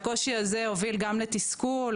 הקושי הזה הוביל גם לתסכול,